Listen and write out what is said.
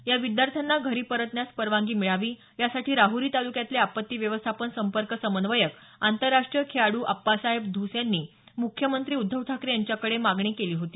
या विद्यार्थ्याना घरी परतण्यास परवानगी मिळावी यासाठी राहुरी तालुक्याचे आपत्ती व्यवस्थापन संपर्क समन्वयक आंतरराष्ट्रीय खेळाडू आप्पासाहेब ढुस यांनी मुख्यमंत्री उद्धव ठाकरे यांच्याकडे मागणी केली होती